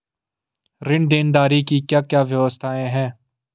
ऋण देनदारी की क्या क्या व्यवस्थाएँ हैं?